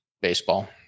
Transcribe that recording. baseball